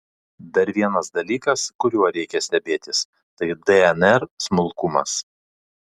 dar vienas dalykas kuriuo reikia stebėtis tai dnr smulkumas